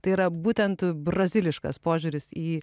tai yra būtent braziliškas požiūris į